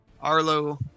Arlo